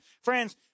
friends